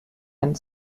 and